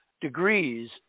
degrees